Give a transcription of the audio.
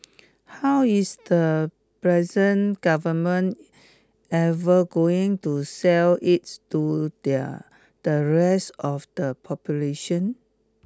how is the present government ever going to sell it to the the rest of the population